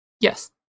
Yes